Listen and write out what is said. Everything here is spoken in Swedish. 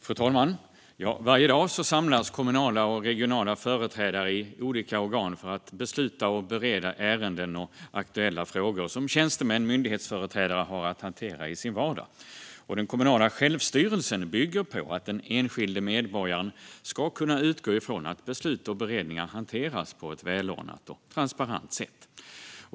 Fru talman! Varje dag samlas kommunala och regionala företrädare i olika organ för att besluta och bereda ärenden och aktuella frågor som tjänstemän, myndighetsföreträdare, har att hantera i sin vardag. Den kommunala självstyrelsen bygger på att den enskilde medborgaren ska kunna utgå från att beslut och beredningar hanteras på ett välordnat och transparent sätt.